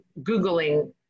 Googling